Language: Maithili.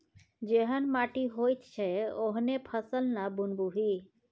जेहन माटि होइत छै ओहने फसल ना बुनबिही